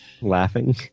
Laughing